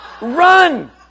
Run